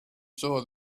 saw